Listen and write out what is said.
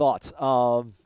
Thoughts